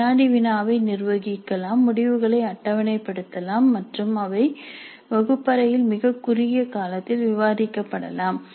வினாடி வினாவை நிர்வகிக்கலாம் முடிவுகளை அட்டவணைப்படுத்தலாம் மற்றும் அவை வகுப்பறையில் மிகக் குறுகிய காலத்தில் விவாதிக்கப்படலாம்